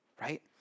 right